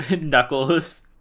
Knuckles